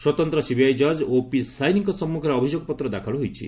ସ୍ୱତନ୍ତ୍ର ସିବିଆଇ ଜକ୍ ଓପି ସାଇନିଙ୍କ ସମ୍ମଖରେ ଅଭିଯୋଗପତ୍ର ଦାଖଲ ହୋଇଛି